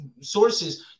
sources